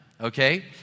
okay